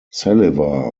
saliva